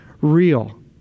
real